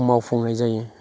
मावफुंनाय जायो